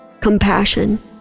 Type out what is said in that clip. compassion